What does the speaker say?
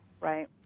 right